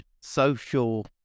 Social